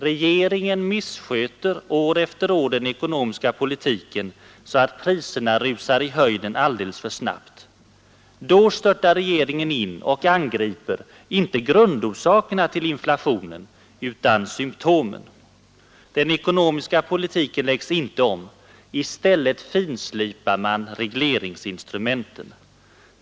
Regeringen missköter år efter år den ekonomiska politiken, så att priserna rusar i höjden alldeles för snabbt. Då störtar regeringen in och angriper — inte grundorsakerna till inflationen utan symtomen. Den ekonomiska politiken läggs inte om. I stället finslipar man regleringsinstrumenten.